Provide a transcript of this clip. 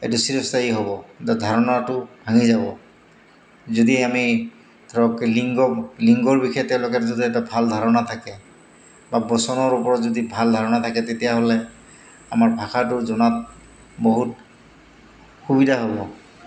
এইটো চিৰস্থায়ী হ'ব য'ত ধাৰণাটো ভাঙি যাব যদি আমি ধৰক লিংগ লিংগৰ বিষয়ে তেওঁলোকে যদি এটা ভাল ধাৰণা থাকে বা বচনৰ ওপৰত যদি ভাল ধাৰণা থাকে তেতিয়াহ'লে আমাৰ ভাষাটোৰ জনাত বহুত সুবিধা হ'ব